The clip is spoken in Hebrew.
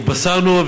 התבשרנו,